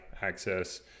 access